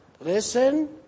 listen